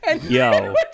Yo